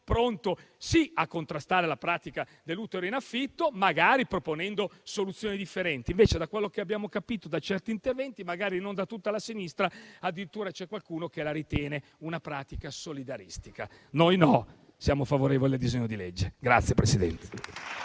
pronto sì a contrastare la pratica dell'utero in affitto, magari proponendo soluzioni differenti; invece, da quello che abbiamo capito da certi interventi, magari non da tutta la sinistra, addirittura c'è qualcuno che la ritiene una pratica solidaristica. Noi no. Siamo favorevoli al disegno di legge.